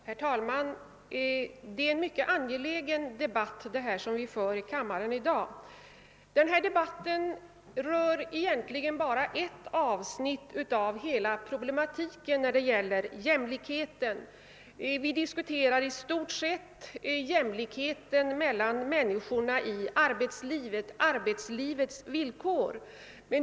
Herr talman! Den debatt vi i dag för i denna kammaren är mycket angelägen. Den rör egentligen bara ett avsnitt av hela problematiken om jämlikheten, nämligen i stort sett arbetslivets villkor.